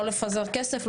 לא לפזר כסף,